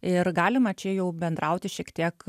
ir galima čia jau bendrauti šiek tiek